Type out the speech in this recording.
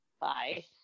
Bye